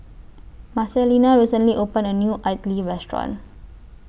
Marcelina recently opened A New Idly Restaurant